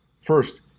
First